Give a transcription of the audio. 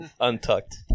Untucked